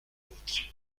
vôtre